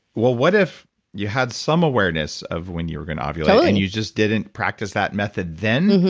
well, what if you had some awareness of when you were going to ovulate, and you just didn't practice that method then,